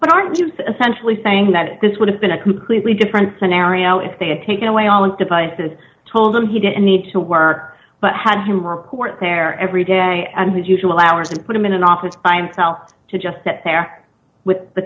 but aren't you a centrally saying that this would have been a completely different scenario if they had taken away all of devices told him he didn't need to work but had him report there every day and his usual hours and put him in an office bind south to just get there with the